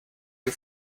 you